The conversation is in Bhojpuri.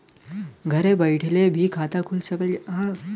घरे बइठले भी खाता खुल सकत ह का?